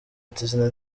ati